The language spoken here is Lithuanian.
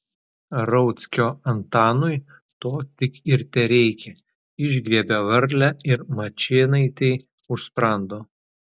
rauckio antanui to tik ir tereikia išgriebia varlę ir mačėnaitei už sprando